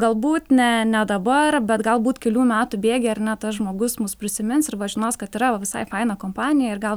galbūt ne ne dabar bet galbūt kelių metų bėgyje ar ne tas žmogus mus prisimins ir va žinos kad yra va visai faina kompanija ir gal